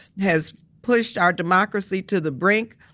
has pushed our democracy to the brink,